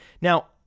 Now